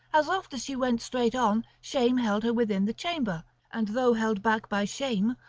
as oft as she went straight on, shame held her within the chamber, and though held back by shame,